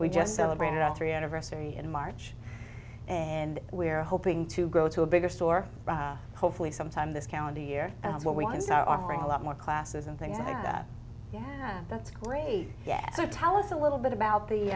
we just celebrated our three anniversary in march and we're hoping to go to a bigger store hopefully sometime this calendar year and what we once are a lot more classes and things like that yeah that's great so tell us a little bit about the